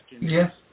Yes